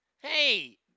Hey